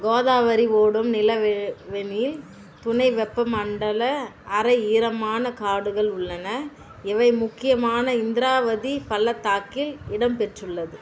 கோதாவரி ஓடும் நிலவேவெணில் துணை வெப்பமண்டல அரை ஈரமான காடுகள் உள்ளன இவை முக்கியமான இந்த்ராவதி பள்ளத்தாக்கில் இடம்பெற்றுள்ளது